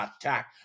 attack